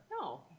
No